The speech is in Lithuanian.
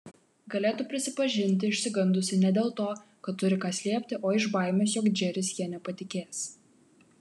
galėtų prisipažinti išsigandusi ne dėl to kad turi ką slėpti o iš baimės jog džeris ja nepatikės